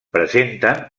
presenten